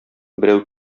берәү